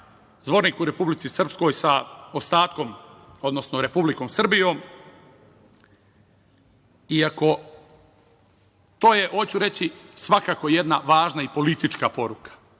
Zvornik u Republici Srpskoj sa ostatkom, odnosno Republikom Srbijom i to je svakako jedna važna i politička poruka,